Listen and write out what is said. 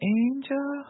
angel